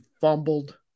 fumbled